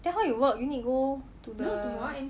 then how you work you need go to the